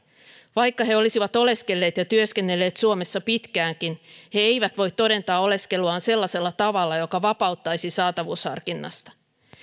vaikka he olisivat oleskelleet ja työskennelleet suomessa pitkäänkin he eivät voi todentaa oleskeluaan sellaisella tavalla joka vapauttaisi saatavuusharkinnasta